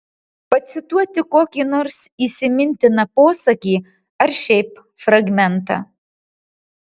pacituoti kokį nors įsimintiną posakį ar šiaip fragmentą